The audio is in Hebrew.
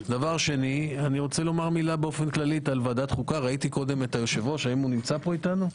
דבר שני, ראיתי קודם את יושב-ראש ועדת חוקה,